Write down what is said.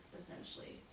essentially